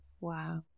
Wow